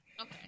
Okay